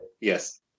Yes